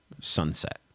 sunset